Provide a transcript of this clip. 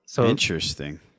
Interesting